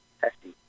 testy